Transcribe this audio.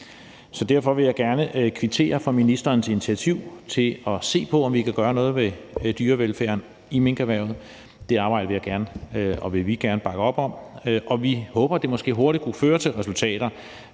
Derfor vil jeg gerne kvittere for ministerens initiativ til at se på, om vi kan gøre noget ved dyrevelfærden i minkerhvervet. Det arbejde vil vi og jeg gerne bakke op om, og vi håber, at det måske hurtigt kunne føre til resultater,